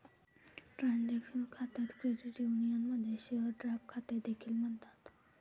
transaction खात्यास credit युनियनमध्ये share draft खाते देखील म्हणतात